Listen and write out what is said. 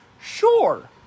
sure